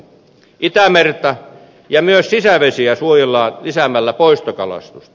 itämerta ja myös sisävesiä suojellaan lisäämällä poistokalastusta